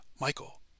Michael